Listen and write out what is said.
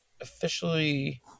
officially